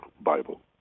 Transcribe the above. bible